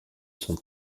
son